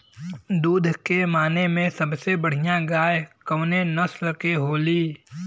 दुध के माने मे सबसे बढ़ियां गाय कवने नस्ल के होली?